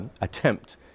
attempt